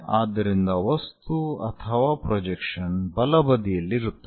ಆದ್ದರಿಂದ ವಸ್ತು ಅಥವಾ ಪ್ರೊಜೆಕ್ಷನ್ ಬಲಬದಿಯಲ್ಲಿ ಬರುತ್ತದೆ